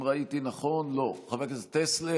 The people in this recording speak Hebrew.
אם ראיתי נכון, לא, חבר הכנסת טסלר,